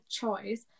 choice